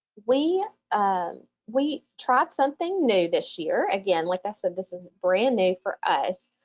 we we tried something new this year. again, like i said, this is brand new for us.